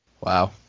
Wow